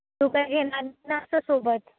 तू काय घेणार नाही ना असं सोबत